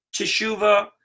teshuva